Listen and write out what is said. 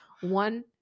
one